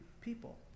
people